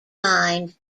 mind